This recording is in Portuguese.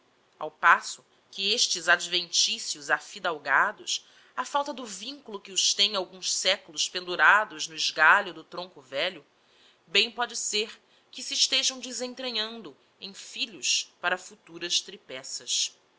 ao passo que estes adventicios afidalgados á falta do vinculo que os tenha alguns seculos pendurados no esgalho do tronco velho bem póde ser que se estejam desentranhando em filhos para futuras tripeças